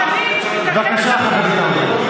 בבקשה, חבר הכנסת האוזר.